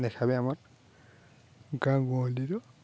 ଦେଖାବେ ଆମର ଗାଁ ଗହଳିର